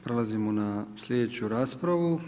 Prelazimo na slijedeću raspravu.